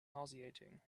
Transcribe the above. nauseating